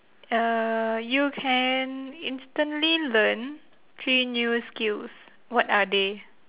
err you can instantly learn three new skills what are they